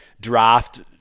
draft